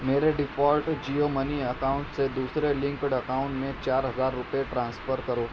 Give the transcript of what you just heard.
میرے default Jio money account سے دوسرے لنکڈ اکاؤنٹ میں چار ہزار روپئے ٹرانسفر کرو